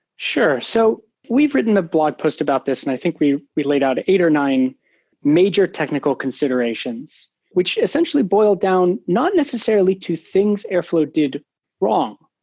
sure. so we've written a blog post about this, and i think we we laid out eight or nine major technical considerations, which essentially boiled down not necessarily to things airflow did wrong,